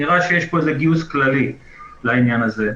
נראה שיש פה איזה גיוס כללי לעניין הזה.